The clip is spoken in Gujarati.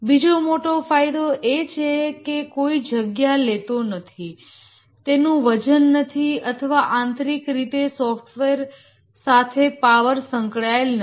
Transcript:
બીજો મોટો ફાયદો એ છે કે કોઈ જગ્યા લેતો નથી તેનું વજન નથી અથવા આંતરિક રીતે સોફ્ટવેર સાથે પાવર સંકળાયેલ નથી